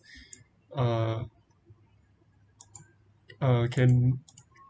uh uh can